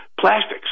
plastics